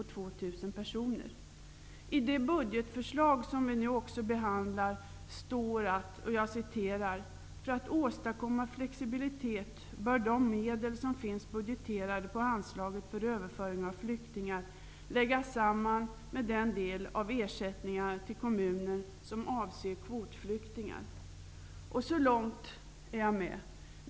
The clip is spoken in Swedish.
2 000 personer. I det budgetförslag som vi nu också behandlar står det att ''för att åstadkomma flexibilitet bör de medel som finns budgeterade på anslaget för överföring av flyktingar läggas samman med den del av ersättningarna till kommunerna som avser kvotflyktingar''. Så långt är jag med.